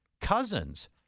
Cousins